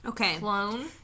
Okay